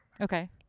okay